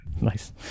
Nice